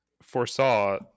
foresaw